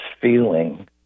feeling